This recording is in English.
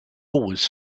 always